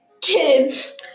kids